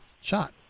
shot